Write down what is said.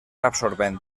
absorbent